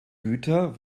güter